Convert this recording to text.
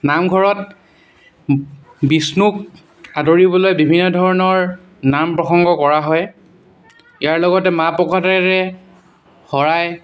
নামঘৰত বিষ্ণুক আদৰিবলৈ বিভিন্ন ধৰণৰ নাম প্ৰসংগ কৰা হয় ইয়াৰ লগতে মাহ প্ৰসাদেৰে শৰাই